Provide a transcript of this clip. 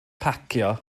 parcio